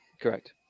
Correct